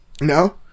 No